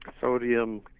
sodium